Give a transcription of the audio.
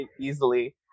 easily